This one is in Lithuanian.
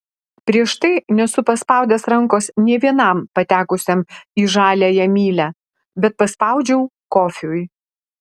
prieš tai nesu paspaudęs rankos nė vienam patekusiam į žaliąją mylią bet paspaudžiau kofiui